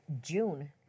june